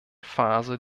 phase